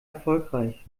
erfolgreich